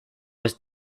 was